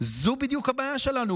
זו בדיוק הבעיה שלנו.